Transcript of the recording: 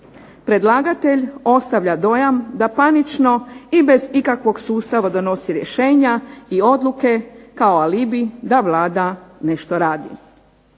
predlagatelj ostavlja dojam da panično i bez ikakvog sustava donosi rješenja i odluke kao alibi da Vlada nešto radi.